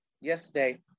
yesterday